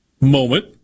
moment